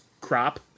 crop